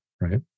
right